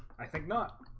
i think not